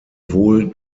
wohl